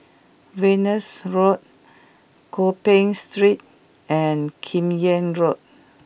Venus Road Gopeng Street and Kim Yam Road